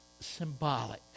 symbolic